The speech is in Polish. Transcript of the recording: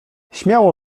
śmiało